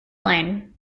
line